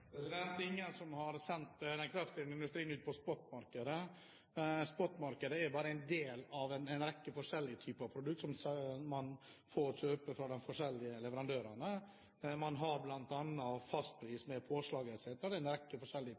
er ingen som har sendt den kraftkrevende industrien ut på spotmarkedet. Spotmarkedet er bare en del av en rekke forskjellige typer produkter som man får kjøpe fra de forskjellige leverandørene. Man har bl.a. fastpris med påslag etc., en rekke forskjellige